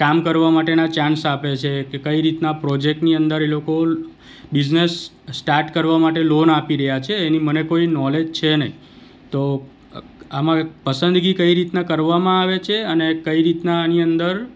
કામ કરવા માટેના ચાંસ આપે છે કે કઈ રીતના પ્રોજેક્ટની અંદર એ લોકો બિઝનેસ સ્ટાટ કરવા માટે લોન આપી રહ્યા છે એની મને કોઈ નોલેજ છે નહીં તો આમાં પસંદગી કઈ રીતના કરવામાં આવે છે અને કઈ રીતના આની અંદર